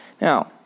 Now